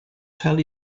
tell